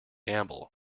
gamble